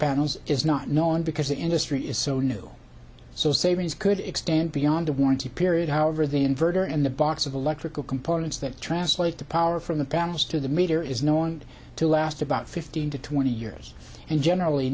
panels is not known because the industry is so new so savings could extend beyond the warranty period however the inverter and the box of electrical components that translate the power from the panels to the meter is known to last about fifteen to twenty years and generally